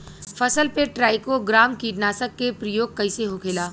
फसल पे ट्राइको ग्राम कीटनाशक के प्रयोग कइसे होखेला?